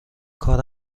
کار